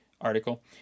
article